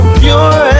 pure